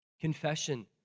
Confession